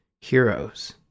Heroes